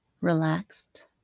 relaxed